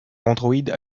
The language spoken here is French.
android